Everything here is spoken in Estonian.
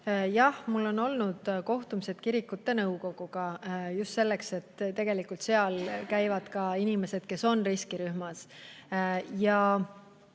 Jah, mul on olnud kohtumised kirikute nõukoguga just sellepärast, et kirikus käivad ka inimesed, kes on riskirühmas.